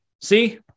See